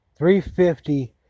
350